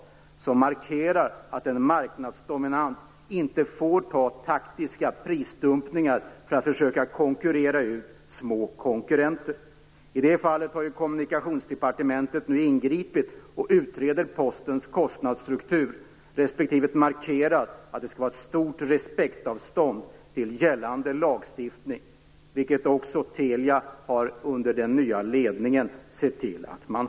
I det markeras att en marknadsdominant inte får ta till taktiska prisdumpningar för att försöka konkurrera ut små konkurrenter. I det fallet har ju Kommunikationsdepartementet nu ingripit och utreder Postens kostnadsstruktur, samt markerat att det skall vara ett stort respektavstånd till gällande lagstiftning. Det har man också på Telia under den nya ledningen sett till att ha.